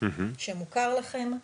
שמוכר לכם.